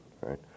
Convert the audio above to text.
right